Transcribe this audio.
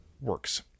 works